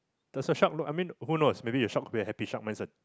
does your shark look I mean who knows maybe the shark could be a happy shark mindset